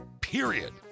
period